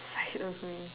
side of me